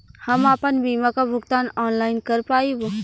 हम आपन बीमा क भुगतान ऑनलाइन कर पाईब?